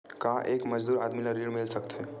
का एक मजदूर आदमी ल ऋण मिल सकथे?